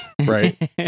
Right